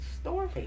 story